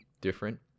different